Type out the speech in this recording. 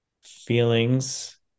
feelings